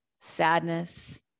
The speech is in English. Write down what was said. sadness